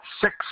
six